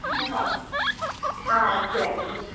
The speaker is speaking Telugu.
ఓకే అండి